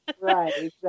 Right